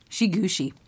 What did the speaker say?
Shigushi